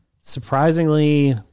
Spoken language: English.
surprisingly